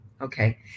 okay